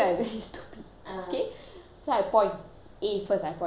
so I point A first I point fine B I point